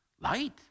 Light